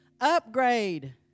upgrade